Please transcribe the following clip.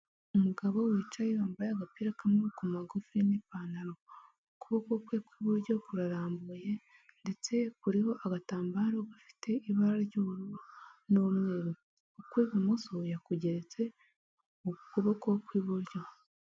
Umugabo wicaye wambaye agapira k'amaboko magufi n'ipantaro, ukuboko kwe kw'iburyo kurarambuye ndetse kuriho agatambaro gafite ibara ry'ubururu n'umweru ukw'ibumoso yakugeretse ku kuboko kw'iburyo.